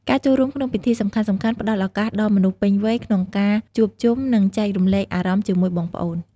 ការចូលរួមក្នុងពិធីសំខាន់ៗផ្ដល់ឱកាសដល់មនុស្សពេញវ័យក្នុងការជួបជុំ និងចែករំលែកអារម្មណ៍ជាមួយបងប្អូន។